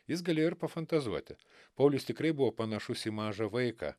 jis galėjo ir pafantazuoti paulius tikrai buvo panašus į mažą vaiką